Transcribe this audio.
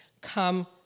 come